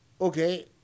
Okay